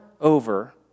over